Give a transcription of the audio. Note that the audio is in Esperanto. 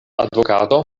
advokato